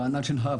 רענן שנהב,